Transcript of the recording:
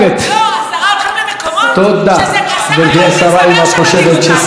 הולכים למקומות שזה הסך-הכול המצטבר שמדאיג אותנו.